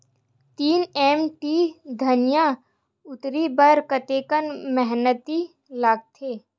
तीन एम.टी धनिया उतारे बर कतका मेहनती लागथे?